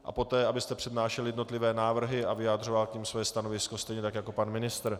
A poté byste přednášel jednotlivé návrhy a vyjadřoval k nim své stanovisko, stejně jako pan ministr.